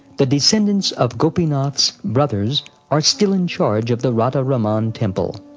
the descendants of gopinath's brothers are still in charge of the radha-raman temple.